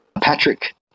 Patrick